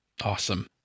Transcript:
Awesome